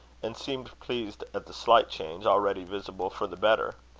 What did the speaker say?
and seemed pleased at the slight change already visible for the better.